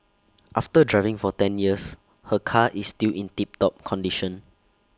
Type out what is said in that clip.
after driving for ten years her car is still in tip top condition